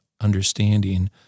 understanding